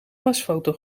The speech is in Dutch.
pasfoto